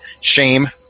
shame